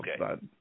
okay